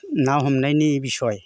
ना हमनायनि बिसय